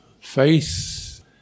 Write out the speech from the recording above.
faith